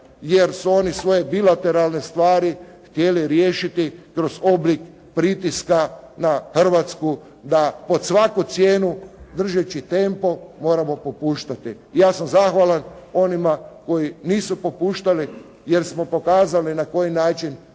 jer su oni svoje bilateralne stvari htjeli riješiti kroz oblik pritiska na Hrvatsku da pod svaku cijenu držeći tempo moramo popuštati. I ja sam zahvalan onima koji nisu popuštali jer smo pokazali na koji način